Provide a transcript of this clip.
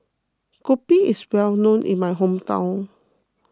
Kopi is well known in my hometown